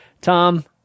tom